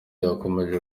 yakomeje